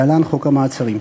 להלן: חוק המעצרים.